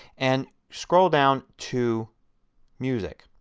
and scroll down to music.